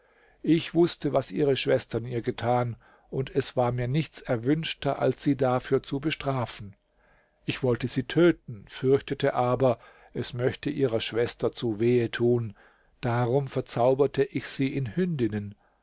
ich wußte was ihre schwestern ihr getan und es war mir nichts erwünschter als sie dafür zu bestrafen ich wollte sie töten fürchtete aber es möchte ihrer schwester zu wehe tun darum verzauberte ich sie in hündinnen